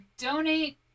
Donate